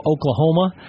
Oklahoma